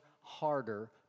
harder